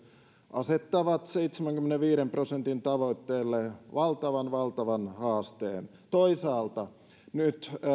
asettavat seitsemänkymmenenviiden prosentin tavoitteelle valtavan valtavan haasteen toisaalta nyt